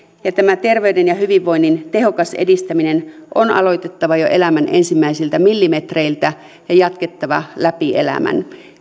tämä terveyden ja hyvinvoinnin tehokas edistäminen on aloitettava jo elämän ensimmäisiltä millimetreiltä ja sitä on jatkettava läpi elämän